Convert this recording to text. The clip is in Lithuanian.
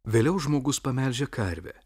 vėliau žmogus pamelžė karvę